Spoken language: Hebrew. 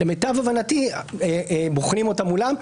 למיטב הבנתי, בוחנים אותה מולן.